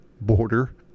border